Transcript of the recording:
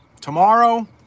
Tomorrow